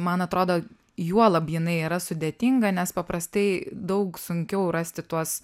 man atrodo juolab jinai yra sudėtinga nes paprastai daug sunkiau rasti tuos